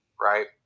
right